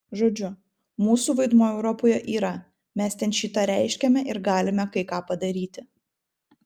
žodžiu mūsų vaidmuo europoje yra mes ten šį tą reiškiame ir galime kai ką padaryti